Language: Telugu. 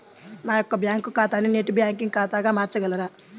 నా యొక్క బ్యాంకు ఖాతాని నెట్ బ్యాంకింగ్ ఖాతాగా మార్చగలరా?